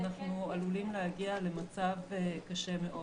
אנחנו עלולים להגיע למצב קשה מאוד.